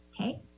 okay